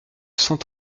cent